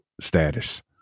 status